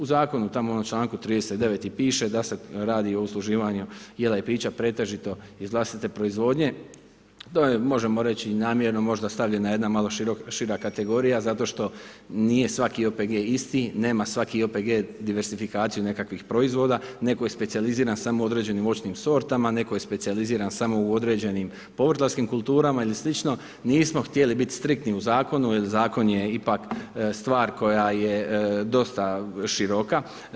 U zakonu u članku 39. i piše da se radi o usluživanju jela i pića pretežito iz vlastite proizvodnje, to je možemo reći i namjerna možda stavljena jedna malo šira kategorija zato što nije svaki OPG isti, nema svaki OPG diversifikaciju nekakvih proizvoda, netko je specijaliziran samo u određenim voćnim sortama, netko je specijaliziran samo u određenim povrtlarskim kulturama ili sl., nismo htjeli biti striktni u zakonu jer zakon je ipak stvar koja je dosta široka.